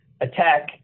attack